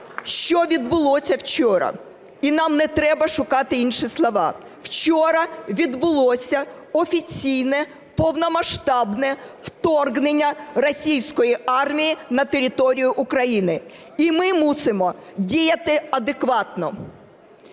що відбулося вчора, і нам не треба шукати інші слова. Вчора відбулося офіційне повномасштабне вторгнення російської армії на територію України, і ми мусимо діяти адекватно.